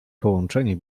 połączenie